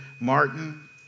Martin